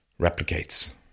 replicates